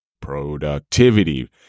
productivity